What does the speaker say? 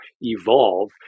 evolve